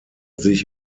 sich